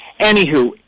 Anywho